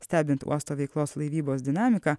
stebint uosto veiklos laivybos dinamiką